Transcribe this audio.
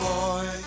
Boy